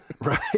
right